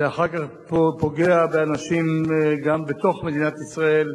אחר כך זה פוגע באנשים גם בתוך מדינת ישראל,